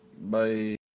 Bye